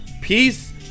peace